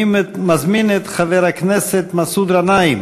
אני מזמין את חבר הכנסת מסעוד גנאים